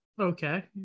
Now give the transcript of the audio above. Okay